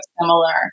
similar